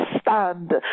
stand